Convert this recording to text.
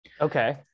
Okay